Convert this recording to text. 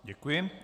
Děkuji.